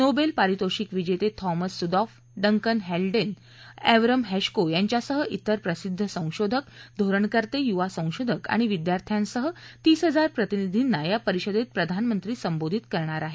novel पारितोषीक विजेते Thomas Sudhof Duncan Haldane Avram Hershko यांच्यासह इतर प्रसिद्ध संशोधक धोरणकतें युवा संशोधक आणि विद्यार्थ्यांसह तीस हजार प्रतिनिधींना या परिषदेत प्रधानमंत्री संबोधित करणार आहेत